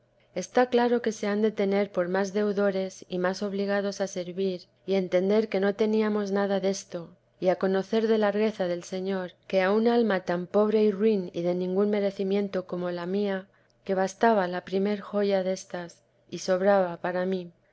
está claro que se han de tener por más deudores y más obligados a servir y entender que no teníamos nada desto y a conocer la largueza del señor que a un alma tan ruin y pobre y de ningún merecimiento como la mía que bastaba la primer joya destas y sobraba para mí